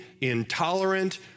intolerant